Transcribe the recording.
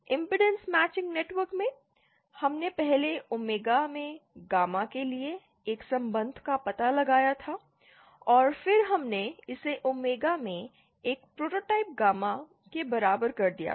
impedance matching network में हमने पहले ओमेगा में गामा के लिए एक संबंध का पता लगाया था और फिर हमने इसे ओमेगा में एक प्रोटोटाइप गामा के बराबर कर दिया था